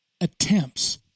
attempts